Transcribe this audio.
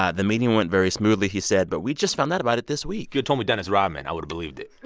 ah the meeting went very smoothly, he said. but we just found out about it this week if you told me dennis rodman, i would've believed it